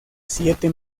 siete